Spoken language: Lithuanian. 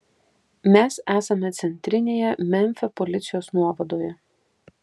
mes esame centrinėje memfio policijos nuovadoje